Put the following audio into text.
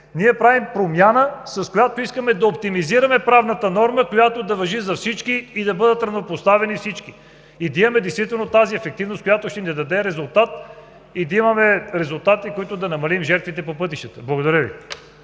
правим промяна, с която искаме да оптимизираме правната норма, която да важи за всички, да бъдат равнопоставени всички и действително да имаме ефективност, която ще ни даде резултат, за да намалим жертвите по пътищата. Благодаря Ви.